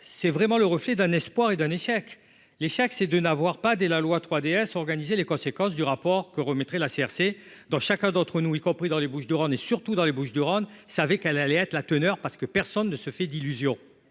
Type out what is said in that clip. C'est vraiment le reflet d'un espoir et d'un échec. Les chèques c'est de n'avoir pas dès la loi 3DS organiser les conséquences du rapport que remettrait la CRC dans chacun d'entre nous, y compris dans les Bouches-du-Rhône et surtout dans les Bouches-du-Rhône savait qu'elle allait être la teneur parce que personne ne se fait d'illusions.